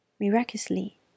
Miraculously